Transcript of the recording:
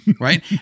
right